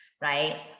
right